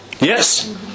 Yes